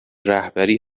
رهبری